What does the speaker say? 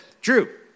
Drew